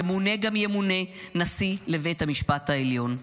ימונה גם ימונה נשיא לבית המשפט העליון.